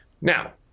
now